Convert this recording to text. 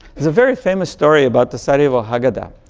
there's a very famous story about the sarajevo haggadah.